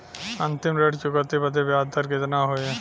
अंतिम ऋण चुकौती बदे ब्याज दर कितना होई?